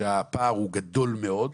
שהפער הוא גדול מאוד,